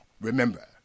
remember